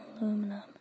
aluminum